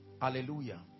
hallelujah